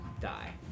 die